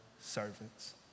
servants